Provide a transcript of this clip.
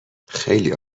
خیلی